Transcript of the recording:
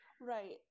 Right